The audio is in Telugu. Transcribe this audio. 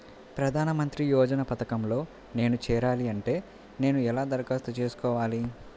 ప్రధాన మంత్రి యోజన పథకంలో నేను చేరాలి అంటే నేను ఎలా దరఖాస్తు చేసుకోవాలి?